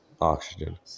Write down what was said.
oxygen